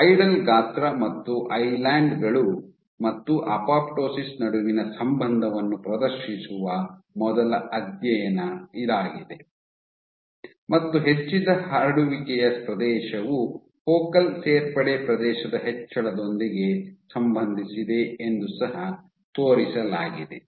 idle ಗಾತ್ರ ಮತ್ತು island ಗಳು ಮತ್ತು ಅಪೊಪ್ಟೋಸಿಸ್ ನಡುವಿನ ಸಂಬಂಧವನ್ನು ಪ್ರದರ್ಶಿಸುವ ಮೊದಲ ಅಧ್ಯಯನ ಇದಾಗಿದೆ ಮತ್ತು ಹೆಚ್ಚಿದ ಹರಡುವಿಕೆಯ ಪ್ರದೇಶವು ಫೋಕಲ್ ಸೇರ್ಪಡೆ ಪ್ರದೇಶದ ಹೆಚ್ಚಳದೊಂದಿಗೆ ಸಂಬಂಧಿಸಿದೆ ಎಂದು ಸಹ ತೋರಿಸಲಾಗಿದೆ